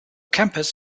campus